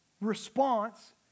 response